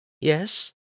Yes